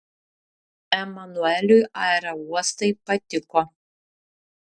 emanueliui aerouostai patiko